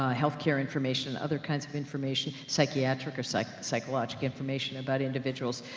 ah health care information, other kinds of information, psychiatric or psych psychological information about individuals,